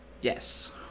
Yes